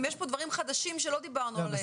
אם יש פה דברים חדשים שלא דיברנו עליהם.